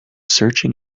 searching